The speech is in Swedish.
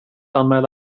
anmäla